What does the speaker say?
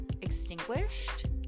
extinguished